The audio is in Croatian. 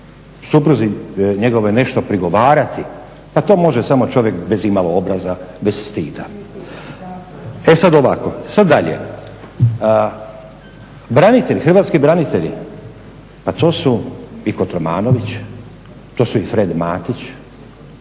supruzi njegovoj nešto prigovarati pa to može samo čovjek bez imalo obraza, bez stida. E sada ovako, sada dalje. Branitelji, hrvatski branitelji pa to su i Kotromanović, to su i Fred Matić